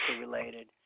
related